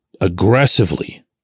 aggressively